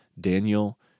Daniel